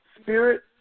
spirit